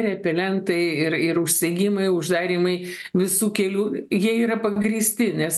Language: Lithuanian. repelentai ir ir užsegimai uždarymai visų kelių jie yra pagrįsti nes